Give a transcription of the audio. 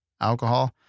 alcohol